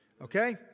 Okay